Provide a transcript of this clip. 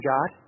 God